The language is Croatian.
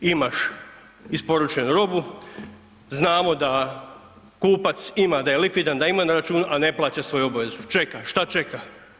Imaš isporučenu robu, znamo da kupac ima da je likvidan da ima na računu, a ne plaća svoju obavezu, čeka, šta čeka.